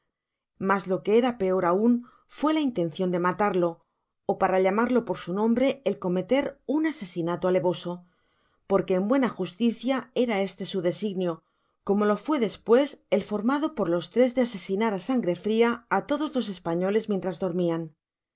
mas lo que era peor aun fué la intencion de matarlo ó para llamarlo por su nombre el cometer un asesinato alevoso porque en buena justicia era este su designio como lo fué despues el formado por les tres de asesinar á sangre fria á todcs los españoles mientras dormían